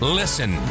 listen